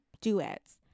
duets